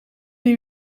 die